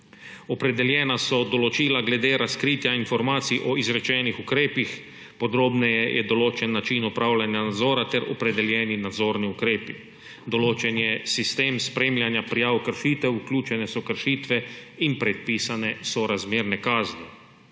opredeljena so določila glede razkritja informacij o izrečenih ukrepih: podrobneje je določen način opravljanja nadzora ter opredeljeni nadzorni ukrepi; določen je sistem spremljanja prijav kršitev; vključene so kršitve in predpisane sorazmerne kazni.